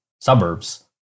suburbs